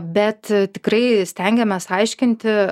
bet tikrai stengiamės aiškinti